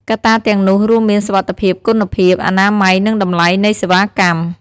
កត្តាទាំងនោះរួមមានសុវត្ថិភាព គុណភាព អនាម័យនិងតម្លៃនៃសេវាកម្ម។